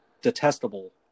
detestable